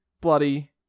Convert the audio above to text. bloody